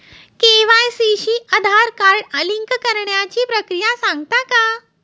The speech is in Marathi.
के.वाय.सी शी आधार कार्ड लिंक करण्याची प्रक्रिया सांगता का?